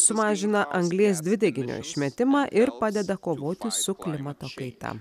sumažina anglies dvideginio išmetimą ir padeda kovoti su klimato kaita